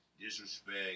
disrespect